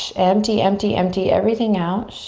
empty, empty, empty everything out.